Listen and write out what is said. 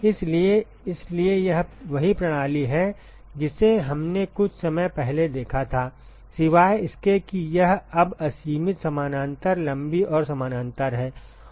इसलिए इसलिए यह वही प्रणाली है जिसे हमने कुछ समय पहले देखा था सिवाय इसके कि यह अब असीमित समानांतर लंबी और समानांतर है